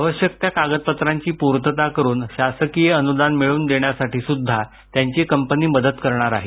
आवश्यक त्या कागदपत्रांची पूर्तता करून शासकीय अनुदान मिळवून देण्यासाठीसुद्धा त्यांची कंपनी मदत करणार आहे